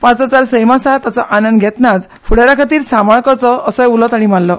पांचवोचार सैम आसा ताचो आनंद घेतनाच फुडारा खातीर सांबाळ करचो असोय उलो तांणी मारलो